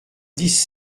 dix